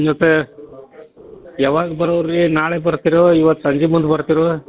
ಮತ್ತೆ ಯಾವಾಗ ಬರೋರು ರೀ ನಾಳೆ ಬರ್ತೀರೋ ಇವತ್ತು ಸಂಜೆ ಮುಂದೆ ಬರ್ತೀರೋ